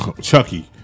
Chucky